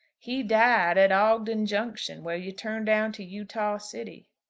he died at ogden junction, where you turn down to utah city.